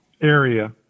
area